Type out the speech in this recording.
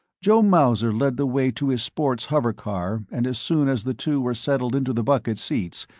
joe mauser led the way to his sports hovercar and as soon as the two were settled into the bucket seats,